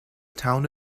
town